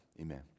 Amen